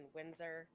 Windsor